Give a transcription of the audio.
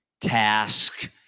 task